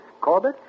Corbett